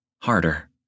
harder